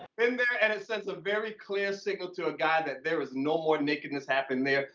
been there and it sends a very clear signal to a guy that there is no more nakedness happening there.